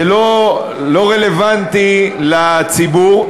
זה לא רלוונטי לציבור.